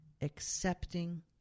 accepting